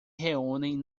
reúnem